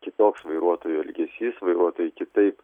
kitoks vairuotojų elgesys varuotojai kitaip